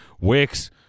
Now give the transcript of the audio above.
Wicks